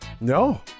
No